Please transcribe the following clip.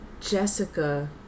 Jessica